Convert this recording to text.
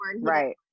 Right